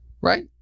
Right